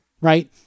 right